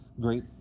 great